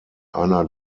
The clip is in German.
einer